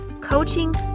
Coaching